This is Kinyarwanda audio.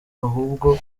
ahubwo